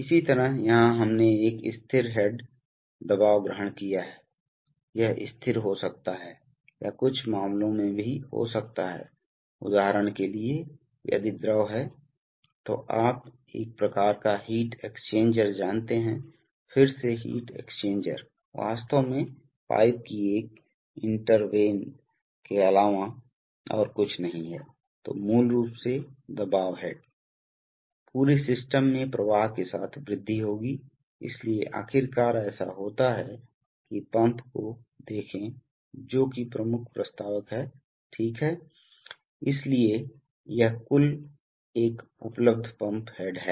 इसी तरह यहाँ हमने एक स्थिर हेड दबाव ग्रहण किया है यह स्थिर हो सकता है या कुछ मामलों में भी हो सकता है उदाहरण के लिए यदि द्रव है तो आप एक प्रकार का हीट एक्सचेंजर जानते हैं फिर से हीट एक्सचेंजर वास्तव में पाइप की एक इंटरवेट के अलावा और कुछ नहीं है तो मूल रूप से दबाव हेड पूरे सिस्टम में प्रवाह के साथ वृद्धि होगी इसलिए आखिरकार ऐसा होता है कि पंप को देखें जोकि प्रमुख प्रस्तावक है ठीक है इसलिए यह कुल एक उपलब्ध पंप हेड है